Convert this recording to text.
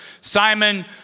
Simon